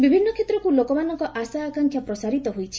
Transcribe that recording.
ବିଭିନ୍ନ କ୍ଷେତ୍ରକୁ ଲୋକମାନଙ୍କ ଆଶା ଆକାଂକ୍ଷା ପ୍ରସାରିତ ହୋଇଛି